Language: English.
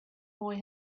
boy